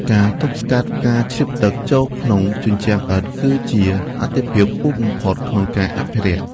ការទប់ស្កាត់ការជ្រាបទឹកចូលក្នុងជញ្ជាំងឥដ្ឋ គឺជាអាទិភាពខ្ពស់បំផុតក្នុងការអភិរក្ស។